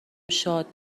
شاد